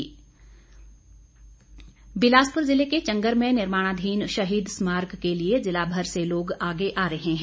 शहीद स्मारक बिलासपुर जिले के चंगर में निर्माणाधीन शहीद स्मारक के लिए जिला भर से लोग आगे आ रहे हैं